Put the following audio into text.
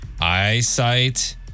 eyesight